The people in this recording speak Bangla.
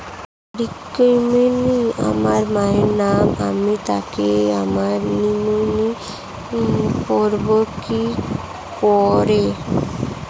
রুক্মিনী আমার মায়ের নাম আমি তাকে আমার নমিনি করবো কি করে?